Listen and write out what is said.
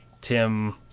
Tim